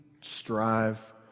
strive